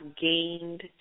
gained